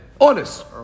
honest